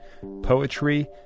poetry